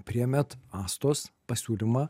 priėmėt astos pasiūlymą